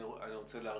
אני רוצה להרחיב.